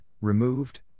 removed